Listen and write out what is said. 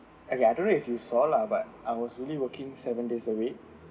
okay I don't know if you saw lah but I was really working seven days a week